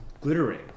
glittering